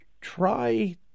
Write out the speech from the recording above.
try